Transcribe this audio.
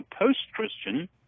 post-Christian